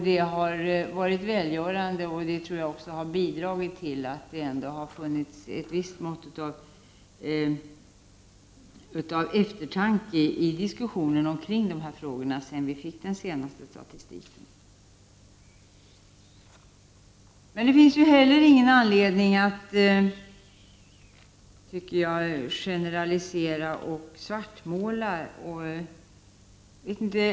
Det har varit välgörande, och jag tror att det även har bidragit till att det har funnits ett visst mått av eftertanke i diskussionen kring dessa frågor sedan vi fick den senaste statistiken. Det finns emellertid inte heller någon anledning att generalisera och svartmåla.